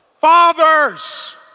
Fathers